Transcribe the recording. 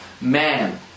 Man